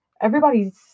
everybody's